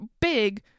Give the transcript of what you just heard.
big